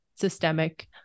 systemic